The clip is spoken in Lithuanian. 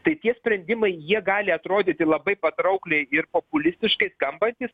tai tie sprendimai jie gali atrodyti labai patraukliai ir populistiškai skambantys